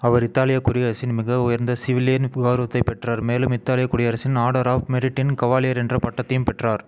அவர் இத்தாலிய குடியரசின் மிக உயர்ந்த சிவிலியன் கௌரவத்தைப் பெற்றார் மேலும் இத்தாலிய குடியரசின் ஆர்டர் ஆஃப் மெரிட்டி இன் கவாலியர் என்ற பட்டத்தையும் பெற்றார்